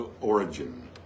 origin